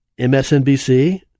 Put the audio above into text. MSNBC